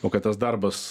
o kad tas darbas